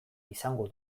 izango